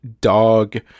dog